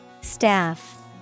Staff